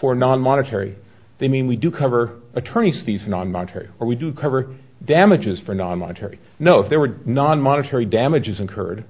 for non monetary they mean we do cover attorneys these non monetary or we do cover damages for non monetary know if there were non monetary damages incurred